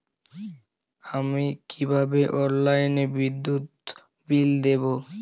আমি কিভাবে অনলাইনে বিদ্যুৎ বিল দেবো?